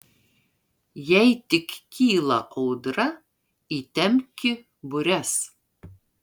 jei tik kyla audra įtempki bures